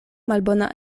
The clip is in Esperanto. malbona